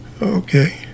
Okay